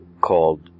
called